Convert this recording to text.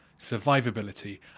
survivability